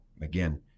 again